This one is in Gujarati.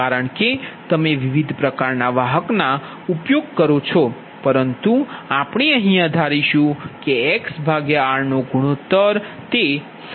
કારણ કે તમે વિવિધ પ્રકારનાં વાહકનો ઉપયોગ કરો છો પરંતુ અમે ધારીશું કે XRગુણોત્તર સમાન છે